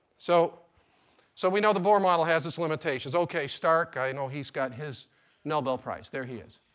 so so we know the bohr model has its limitations. ok, stark. i know he's got his nobel prize. there he is.